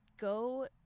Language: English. go